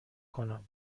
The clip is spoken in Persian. کنم